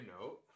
note